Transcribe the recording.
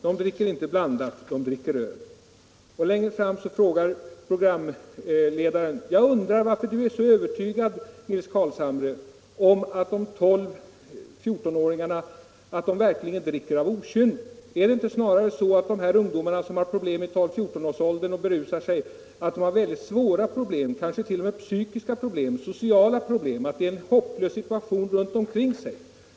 De dricker inte blandat, de dricker ök” Litet längre fram i programmet frågar programledaren: ”Jag undrar varför är du så övertygad om att de här 12-14-åringarna verkligen dricker av okynne? Är det inte snarare så att de här ungdomarna, som har problem i 12-14-årsåldern, och berusar sig att de har väldigt svåra problem kanske t.o.m. psykiska problem, sociala problem, att de har en hopplös situation runtomkring sig?